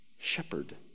Shepherd